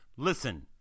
Listen